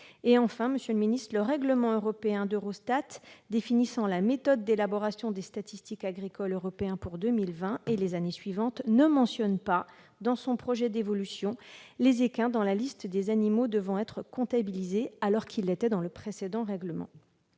ministre, le règlement européen d'Eurostat définissant la méthode d'élaboration des statistiques agricoles européennes pour 2020 et les années suivantes ne mentionne pas, dans son projet d'évolution, les équins dans la liste des animaux devant être comptabilisés, alors qu'ils figuraient dans le précédent règlement.